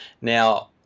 Now